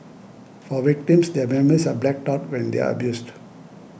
for victims their memories are blacked out when they are abused